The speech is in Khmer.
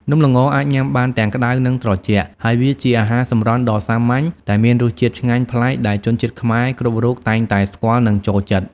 នំល្ងអាចញ៉ាំបានទាំងក្តៅ និងត្រជាក់ ហើយវាជាអាហារសម្រន់ដ៏សាមញ្ញ តែមានរសជាតិឆ្ងាញ់ប្លែកដែលជនជាតិខ្មែរគ្រប់រូបតែងតែស្គាល់ និងចូលចិត្ត។